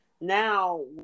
now